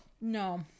No